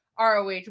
ROH